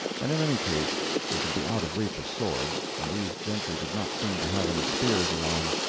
and in any case we should be out of reach of swords, and these gentry did not seem to have any spears along.